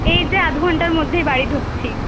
এই যে আধ ঘণ্টার মধ্যেই বাড়ি ঢুকছি